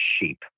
sheep